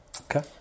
Okay